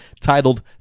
titled